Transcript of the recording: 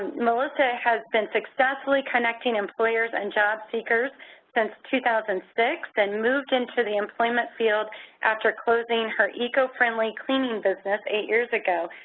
melissa has been successfully connecting employers and job seekers since two thousand and six and moved into the employment field after closing her eco-friendly pleasing business eight years ago.